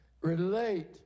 relate